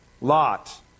Lot